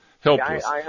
Helpless